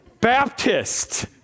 Baptist